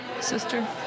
sister